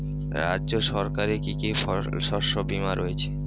রাজ্য সরকারের কি কি শস্য বিমা রয়েছে?